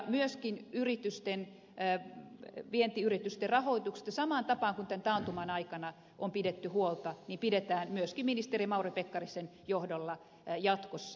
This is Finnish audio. myöskin vientiyritysten rahoituksesta samaan tapaan kuin tämän taantuman aikana on pidetty huolta pidetään myöskin ministeri mauri pekkarisen johdolla jatkossa